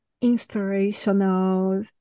inspirational